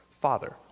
Father